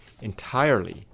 entirely